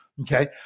Okay